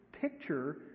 picture